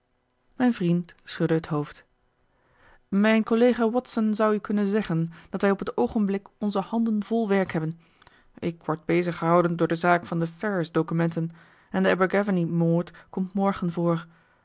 mijn vriend schudde het hoofd mijn collega watson zou u kunnen zeggen dat wij op het oogenblik onze handen vol werk hebben ik word bezig gehouden door de zaak van de ferrers documenten en de abergavenny moord komt morgen voor